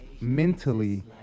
mentally